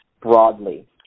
broadly